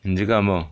你在干什么